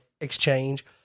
exchange